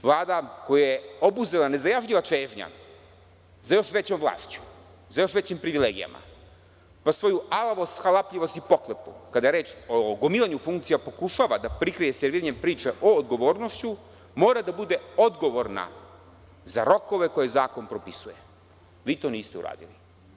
Vlada koju je obuzela nezajažljiva čežnja za još većom vlašću, sa još većim privilegijama, pa svoju alavost, halapljivost i pohlepu kada je reč o gomilanju funkcija, pokušava da prikrije serviranje priča o odgovornošću, mora da bude odgovorna za rokove koje zakon propisuje, vi to niste uradili.